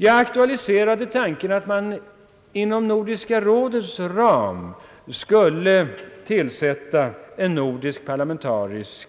Jag aktualiserade tanken att man inom Nordiska rådets ram skulle tillsätta en nordisk parlamentarisk